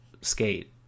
skate